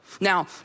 Now